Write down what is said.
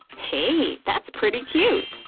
hey, that's pretty cute!